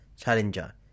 Challenger